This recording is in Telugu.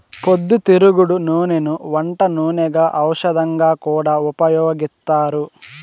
పొద్దుతిరుగుడు నూనెను వంట నూనెగా, ఔషధంగా కూడా ఉపయోగిత్తారు